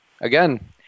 again